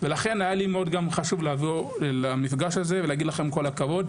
ולכן גם היה לי מאוד חשוב להגיע למפגש הזה ולהגיד לכם "כל הכבוד".